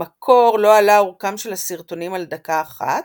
במקור לא עלה אורכם של הסרטונים על דקה אחת,